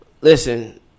Listen